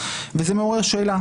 וזה מעורר שאלה.